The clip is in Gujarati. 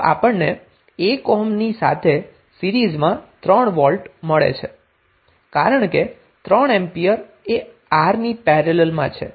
તો આપણને 1 ઓહ્મ ની સાથે સીરીઝમાં 3 વોલ્ટ મળે છે કારણ કે 3 એમ્પિયર એ R ની પેરેલલમાં છે